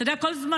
כל זמן